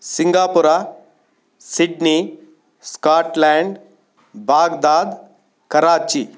Singapore Sydney Scotland Baghdad Karachi